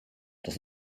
das